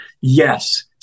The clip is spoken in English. yes